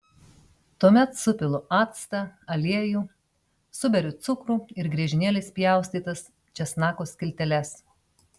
tuomet supilu actą aliejų suberiu cukrų ir griežinėliais pjaustytas česnako skilteles